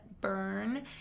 burn